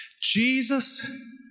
Jesus